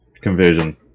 conversion